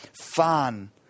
Fun